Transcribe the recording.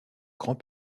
grand